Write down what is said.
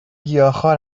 گیاهخوار